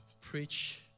preach